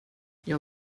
jag